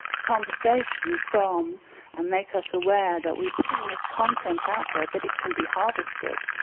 conversation from and make us aware that we're putting this content out there, but it can be harvested,